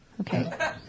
Okay